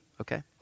okay